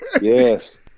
Yes